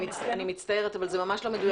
אני מצטערת אבל זה ממש לא מדויק.